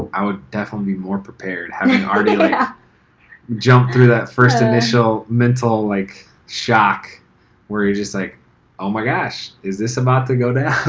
i would definitely be more prepared having i mean and already like yeah jumped through that first initial mental like shock where you're just like oh my gosh, is this about to go down?